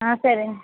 ఆ సరే